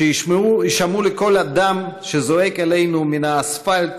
שיישמעו לקול הדם שזועק אלינו מן האספלט